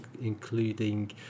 including